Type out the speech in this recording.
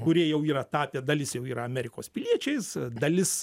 kurie jau yra tapę dalis jau yra amerikos piliečiais dalis